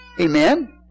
Amen